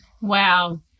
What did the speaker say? Wow